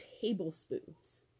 tablespoons